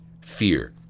fear